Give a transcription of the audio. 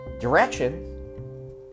directions